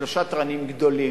שלושה תרנים גדולים,